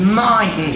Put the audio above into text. mind